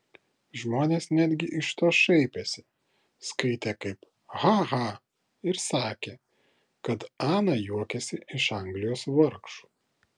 žmonės netgi iš to šaipėsi skaitė kaip ha ha ir sakė kad ana juokiasi iš anglijos vargšų